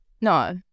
no